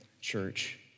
church